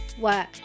work